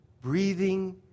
breathing